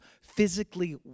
physically